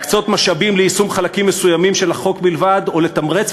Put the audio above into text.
להקצות משאבים ליישום חלקים מסוימים של החוק בלבד או לתמרץ